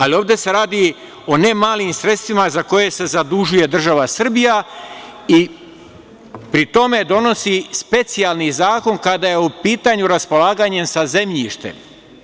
Ali, ovde se radi o ne malim sredstvima za koje se zadužuje država Srbija i pri tome donosi specijalni zakon kada je u pitanju raspolaganje sa zemljištem.